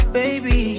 baby